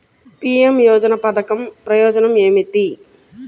PM యోజన పధకం ప్రయోజనం ఏమితి?